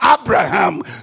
Abraham